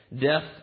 Death